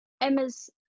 Emma's